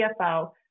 CFO